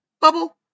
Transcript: Bubble